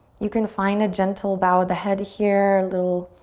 you can find a gentle bow of the head here. a little